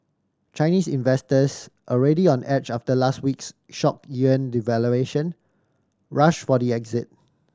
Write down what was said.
Chinese investors already on edge after last week's shock yuan devaluation rushed for the exit